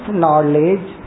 knowledge